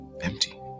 empty